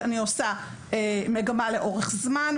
אני עושה מגמה לאורך זמן,